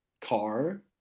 car